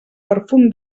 perfum